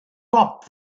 cop